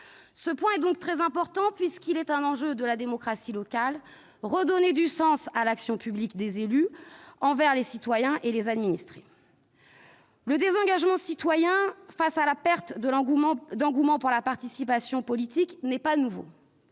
Ce point est très important, car il est un enjeu de la démocratie locale : il nous faut redonner du sens à l'action publique des élus envers les citoyens et les administrés. Le désengagement citoyen face à la perte d'engouement pour la participation politique n'est pas nouveau.